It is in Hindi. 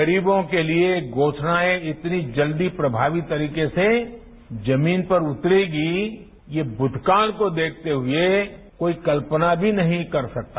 गरीबों के लिए घोषणाएं इतनी जल्दी प्रभावी तरीके से जमीन पर उतरेगी ये भूतकाल को देखते हुए कोई कल्पना भी नहीं कर सकता